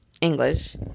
English